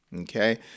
Okay